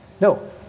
no